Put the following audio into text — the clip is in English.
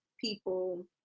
people